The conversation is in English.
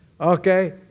Okay